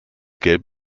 gelb